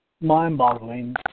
mind-boggling